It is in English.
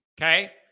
okay